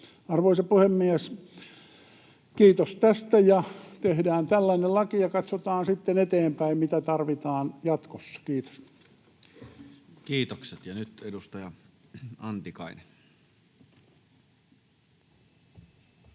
Arvoisa puhemies! Kiitos tästä, ja tehdään tällainen laki ja katsotaan sitten eteenpäin, mitä tarvitaan jatkossa. — Kiitos. [Speech 178] Speaker: Toinen